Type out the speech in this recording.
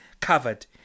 covered